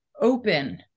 open